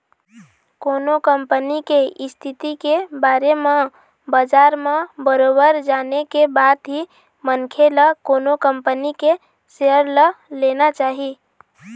कोनो कंपनी के इस्थिति के बारे म बजार म बरोबर जाने के बाद ही मनखे ल कोनो कंपनी के सेयर ल लेना चाही